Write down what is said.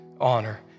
honor